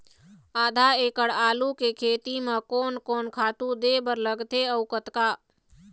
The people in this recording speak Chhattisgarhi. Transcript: आधा एकड़ आलू के खेती म कोन कोन खातू दे बर लगथे अऊ कतका?